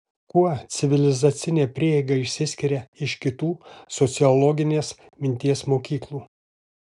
kuo civilizacinė prieiga išsiskiria iš kitų sociologinės minties mokyklų